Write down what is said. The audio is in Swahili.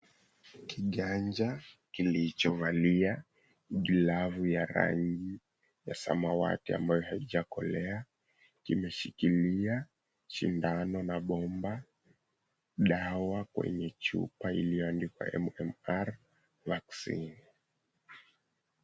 Kiganja kilicho valia glavu ya rangi ya samawati ambayo haijakolea kimeshikilia shindano na bomba, dawa kwenye chupa iliyoandikwa, MMR Vaccine.